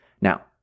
Now